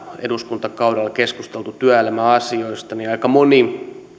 eduskuntakaudella keskusteltu työelämäasioista niin aika moni